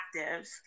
actives